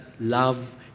love